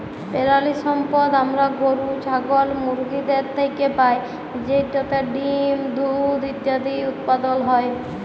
পেরালিসম্পদ আমরা গরু, ছাগল, মুরগিদের থ্যাইকে পাই যেটতে ডিম, দুহুদ ইত্যাদি উৎপাদল হ্যয়